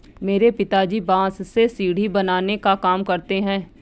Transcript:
मेरे पिताजी बांस से सीढ़ी बनाने का काम करते हैं